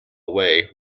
away